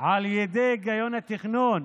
על ידי היגיון התכנון.